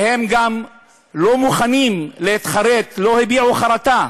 והם גם לא מוכנים להתחרט, לא הביעו חרטה,